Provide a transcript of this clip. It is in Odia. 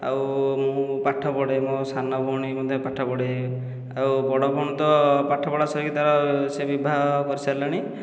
ଆଉ ମୁଁ ପାଠ ପଢ଼େ ମୋ ସାନ ଭଉଣୀ ମଧ୍ୟ ପାଠ ପଢ଼େ ଆଉ ବଡ଼ ଭଉଣୀ ତ ପାଠପଢ଼ା ସରିକି ତା'ର ସେ ବିବାହ କରି ସାରିଲେଣି